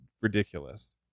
ridiculous